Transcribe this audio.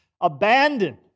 abandoned